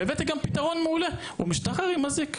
והבאתי גם פתרון מעולה, הוא משתחרר עם אזיק.